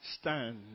stand